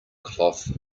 cloth